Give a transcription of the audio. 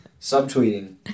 Subtweeting